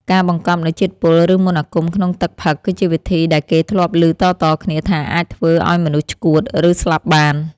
ការបង្កប់នូវជាតិពុលឬមន្តអាគមក្នុងទឹកផឹកគឺជាវិធីដែលគេធ្លាប់ឮតៗគ្នាថាអាចធ្វើឱ្យមនុស្សឆ្កួត ឬស្លាប់បាន។